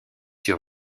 sur